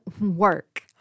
work